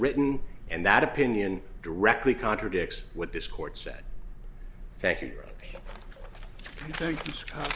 written and that opinion directly contradicts what this court said thank